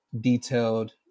detailed